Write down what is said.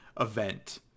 event